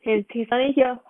he suddenly hear